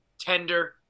tender